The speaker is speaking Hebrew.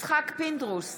יצחק פינדרוס,